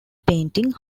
painting